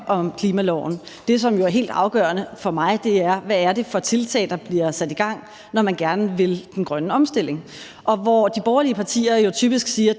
om klimaloven. Det, som jo er helt afgørende for mig, er, hvad det er for tiltag, der bliver sat i gang, når man gerne vil den grønne omstilling. Og hvor de borgerlige partier jo typisk siger,